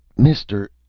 mister.